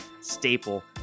staple